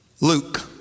Luke